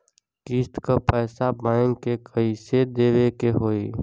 किस्त क पैसा बैंक के कइसे देवे के होई?